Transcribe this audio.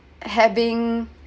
having